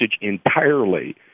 entirely